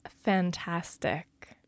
fantastic